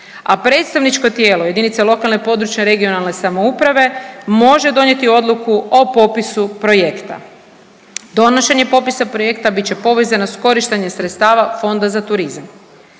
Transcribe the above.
a predstavničko tijelo JLPRS može donijeti odluku o popisu projekta. Donošenje popisa projekta bit će povezano s korištenjem sredstava Fonda za turizam.